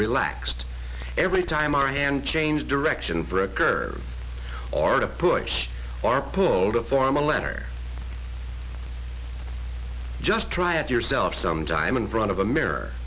relaxed every time and change direction for a curve or to push or pull to form a letter just try it yourself sometime in front of a mirror